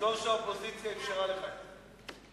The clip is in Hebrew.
תזכור שהאופוזיציה אפשרה לך את זה.